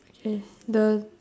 okay the